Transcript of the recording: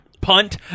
punt